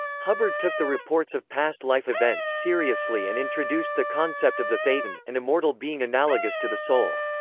hubbard took the reports of past life events seriously and introduced the concept of the thetan, an immortal being analogous to the soul.